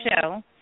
show